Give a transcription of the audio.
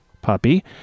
puppy